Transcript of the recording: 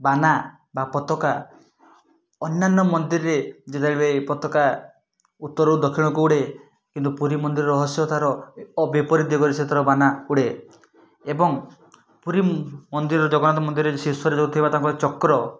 ବାନା ବା ପତକା ଅନ୍ୟାନ୍ୟ ମନ୍ଦିରରେ ଯେତେବେଳେ ପତକା ଉତ୍ତରରୁ ଦକ୍ଷିଣକୁ ଉଡ଼େ କିନ୍ତୁ ପୁରୀ ମନ୍ଦିର ରହସ୍ୟ ତାର ଅ ବିପରୀତ ଦିଗରେ ସେ ତାର ବାନା ଉଡ଼େ ଏବଂ ପୁରୀ ମନ୍ଦିର ଜଗନ୍ନାଥ ମନ୍ଦିରରେ ଶୀର୍ଷରେ ଯେଉଁଥିବା ତାଙ୍କ ଚକ୍ର